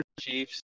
Chiefs